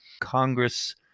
congress